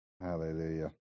Hallelujah